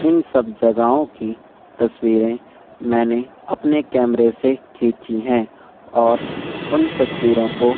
ان سب جگہوں کی تصویریں میں نے اپنے کیمرے سے کھیچی ہیں اور ان تصویروں کو